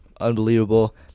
unbelievable